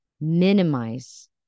minimize